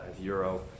euro